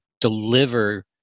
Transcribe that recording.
deliver